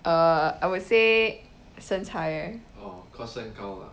err I would say 身材 eh